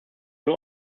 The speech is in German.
nur